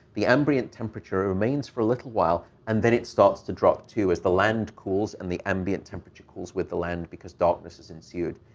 the ambient temperature remains for a little while, and then it starts to drop, too, as the land cools, and the ambient temperature cools with the land because darkness has ensued.